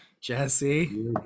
Jesse